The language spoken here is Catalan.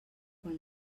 quan